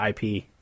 IP